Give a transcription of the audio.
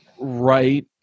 right